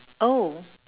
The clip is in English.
oh